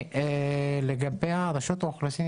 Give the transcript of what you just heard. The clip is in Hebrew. לגבי רשות האוכלוסין,